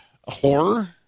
horror